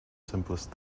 simplest